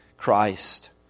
Christ